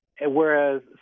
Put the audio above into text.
Whereas